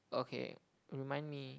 okay remind me